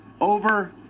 over